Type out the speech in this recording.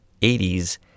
80s